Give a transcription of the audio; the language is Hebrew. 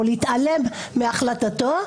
או להתעלם מהחלטתו?